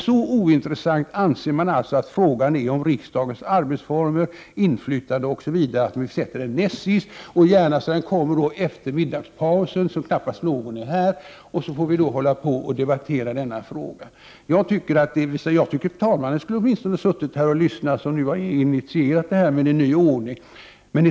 Så ointressant anser man alltså att frågan om riksdagens arbetsformer, inflytande osv. är att den sätts näst sist — gärna så att den kommer efter middagspausen, så att knappast någon är här. Jag tycker åtminstone talmannen skulle ha suttit här och lyssnat, som har initierat den nya ordningen.